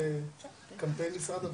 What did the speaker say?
אנחנו מאוד שונים.